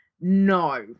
No